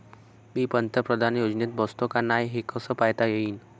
मी पंतप्रधान योजनेत बसतो का नाय, हे कस पायता येईन?